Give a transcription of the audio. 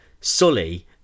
Sully